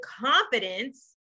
confidence